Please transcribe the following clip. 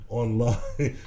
online